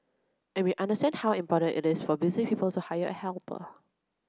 and we understand how important it is for busy people to hire a helper